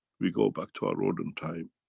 we go back to our rodent time.